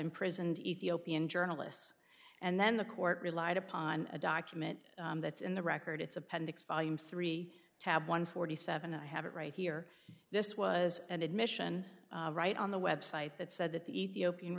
imprisoned ethiopian journalists and then the court relied upon a document that's in the record its appendix volume three tab one forty seven i have it right here this was an admission right on the website that said that the ethiopian